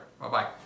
Bye-bye